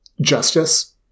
Justice